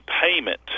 payment